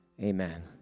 amen